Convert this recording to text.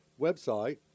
website